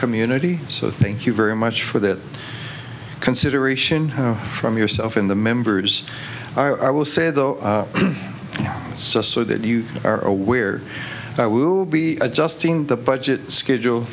community so thank you very much for that consideration from yourself in the members are i will say though so so that you are aware i will be adjusting the budget schedule